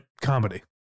comedy